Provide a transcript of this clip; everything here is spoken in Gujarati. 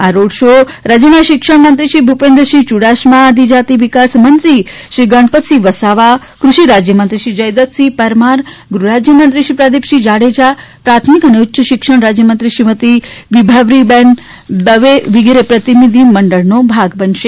આ રોડ શો રાજ્યના શિક્ષણમંત્રીશ્રી ભૂપેન્દ્રસિંહ યુડાસમા આદિજાતી વિકાસ મંત્રીશ્રી ગણપતસિંહ વાસાવા કૃષિ રાજ્યમંત્રીશ્રી જયદ્રથસિંહ પરમાર ગૃહ રાજ્યમંત્રી શ્રી પ્રદીપસિંહજાડેજા પ્રાથમિક અને ઉચ્ચશિક્ષણ રાજ્યમંત્રી શ્રીમતી વિભાવરીબેન દવે પણ પ્રતિનિધિ મંડળનો ભાગ બનશે